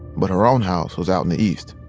but her own house was out in the east.